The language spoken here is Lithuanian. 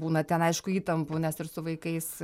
būna ten aišku įtampų nes ir su vaikais